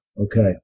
okay